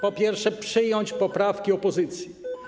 Po pierwsze, przyjąć poprawki opozycji.